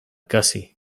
gussie